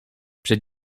przed